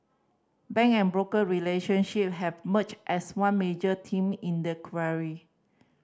bank and broker relationship have merged as one major team in the